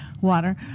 Water